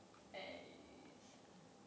fair